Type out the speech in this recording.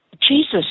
Jesus